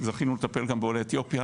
זכינו לטפל גם בעולי אתיופיה